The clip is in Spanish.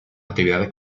actividades